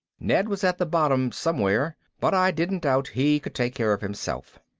ned was at the bottom somewhere, but i didn't doubt he could take care of himself.